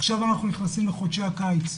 עכשיו אנחנו נכנסים לחודשי הקיץ,